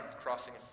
crossing